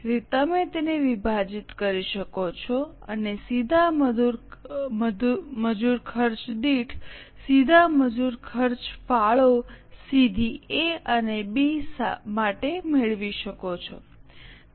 તેથી તમે તેને વિભાજીત કરી શકો છો અને સીધા મજૂર ખર્ચ દીઠ સીધા મજૂર ખર્ચ ફાળો સીધી એ અને બી માટે મેળવી શકો છો